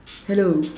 hello